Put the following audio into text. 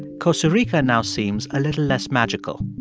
costa rica now seems a little less magical.